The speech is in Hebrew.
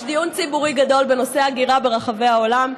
יש דיון ציבורי גדול בנושא ההגירה ברחבי העולם.